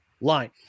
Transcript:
line